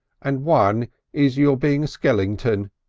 and one is your being a skeleton.